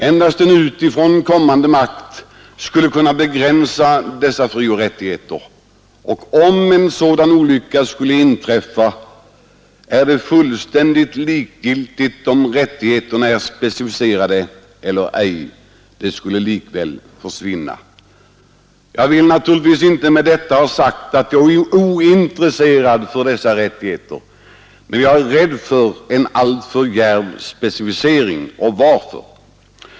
Endast en utifrån kommande makt skulle kunna begränsa dessa frioch rättigheter, och om en sådan olycka skulle inträffa är det fullständigt likgiltigt om rättigheterna är specificerade eller ej; de skulle likväl försvinna. Jag vill naturligtvis inte med detta ha sagt att jag är ointresserad av dessa rättigheter. Men jag är rädd för en alltför djärv specificering. Varför?